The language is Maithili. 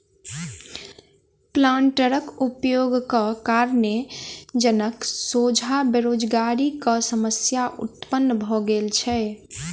प्लांटरक उपयोगक कारणेँ जनक सोझा बेरोजगारीक समस्या उत्पन्न भ गेल छै